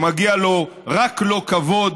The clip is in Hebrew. שמגיע לו רק לא כבוד,